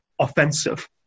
offensive